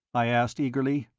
i asked eagerly.